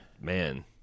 Man